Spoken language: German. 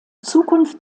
zukunft